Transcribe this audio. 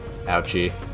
Ouchie